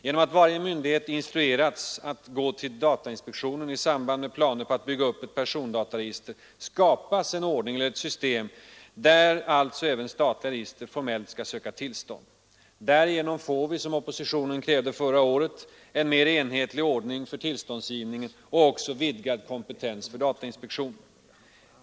Genom att varje myndighet instrueras att gå till datainspektionen i samband med planer på att bygga upp ett persondataregister skapas en ordning där alltså även statliga register formellt skall söka tillstånd. Därigenom får vi, som oppositionen krävde förra året, en mer enhetlig ordning för tillståndsgivningen och också vidgad kompetens för datainspektionen.